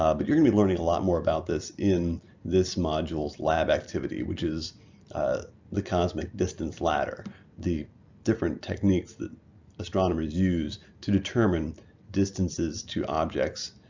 um but you're gonna be learning a lot more about this in this modules lab activity, which is the cosmic distance ladder the different techniques that astronomers use to determine distances to objects,